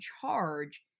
charge